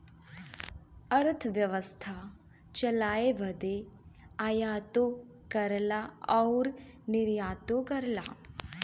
अरथबेवसथा चलाए बदे आयातो करला अउर निर्यातो करला